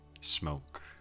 smoke